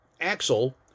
axle